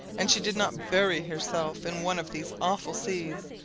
and she did not bury herself in one of these awful seas,